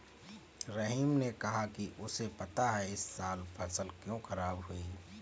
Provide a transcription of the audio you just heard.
रहीम ने कहा कि उसे पता है इस साल फसल क्यों खराब हुई